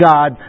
God